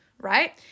right